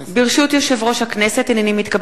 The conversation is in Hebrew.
ברשות יושב-ראש הכנסת, הנני מתכבדת להודיעכם,